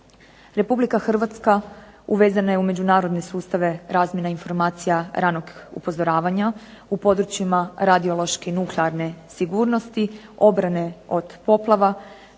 Republika Hrvatska uvezena je u međunarodne sustave razmjena informacija ranog upozoravanja u područjima radiološki nuklearne sigurnosti, obrane od poplava,